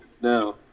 No